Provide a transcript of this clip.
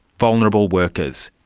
vulnerable workers.